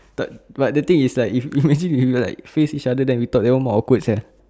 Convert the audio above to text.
but but the thing is like if imagine you like face each other then we talk even more awkward sia